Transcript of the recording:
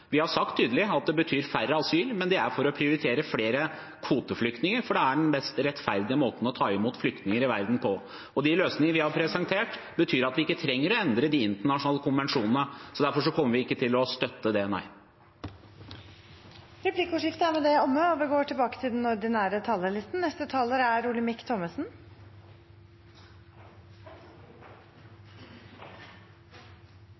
Vi har sagt tydelig at det betyr færre asylsøkere, men det er for å prioritere flere kvoteflyktninger, for det er den mest rettferdige måten å ta imot flyktninger i verden på. De løsningene vi har presentert, betyr at vi ikke trenger å endre de internasjonale konvensjonene, så derfor kommer vi ikke til å støtte det, nei. Replikkordskiftet er omme. Flyktningproblematikk er i dag dessverre en negativt drivende kraft i verdenspolitikken. I kjølvannet av kriger og sosial nød er